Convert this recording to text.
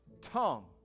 tongue